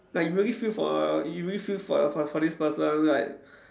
like you really feel for you really feel for for this person like